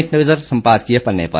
एक नजर संपादकीय पन्ने पर